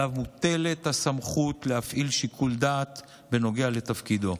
שעליו מוטלת הסמכות להפעיל שיקול דעת בנוגע לתפקידו.